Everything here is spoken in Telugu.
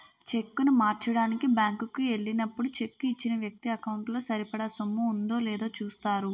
చెక్కును మార్చడానికి బ్యాంకు కి ఎల్లినప్పుడు చెక్కు ఇచ్చిన వ్యక్తి ఎకౌంటు లో సరిపడా సొమ్ము ఉందో లేదో చూస్తారు